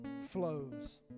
flows